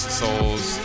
souls